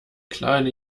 kleine